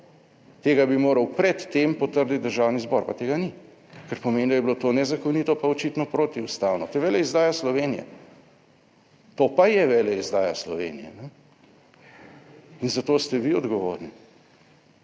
Tega bi moral pred tem potrditi Državni zbor, pa tega ni, kar pomeni, da je bilo to nezakonito, pa očitno protiustavno. To je veleizdaja Slovenije. To pa je veleizdaja Slovenije in za to ste vi odgovorni.